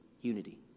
unity